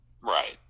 Right